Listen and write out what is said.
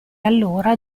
allora